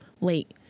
late